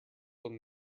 him